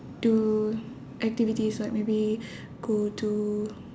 do activities like maybe go to